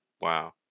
Wow